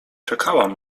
czekałam